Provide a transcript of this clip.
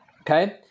okay